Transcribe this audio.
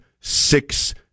six